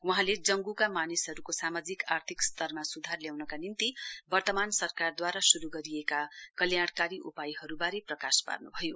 वहाँले जंगुका मानिसहरूको सामाजिक आर्थिक स्तरमा सुधार ल्याउनका निम्ति वर्तमान सरकारद्वारा शूरू गरिएका कल्याणकारी उपायहरूबारे प्रकाश पार्न्भयो